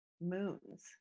moons